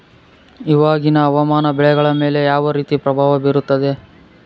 ಇವಾಗಿನ ಹವಾಮಾನ ಬೆಳೆಗಳ ಮೇಲೆ ಯಾವ ರೇತಿ ಪ್ರಭಾವ ಬೇರುತ್ತದೆ?